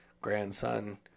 grandson